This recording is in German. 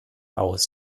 aus